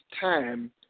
time